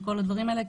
של כל הדברים האלה,